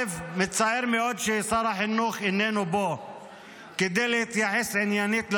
מצער מאוד ששר החינוך איננו פה כדי להתייחס עניינית לסוגיה.